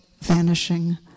vanishing